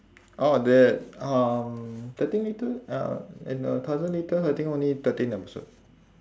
orh that um thirteen litre uh eh no thousand litre I think only thirteen episode